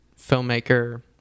filmmaker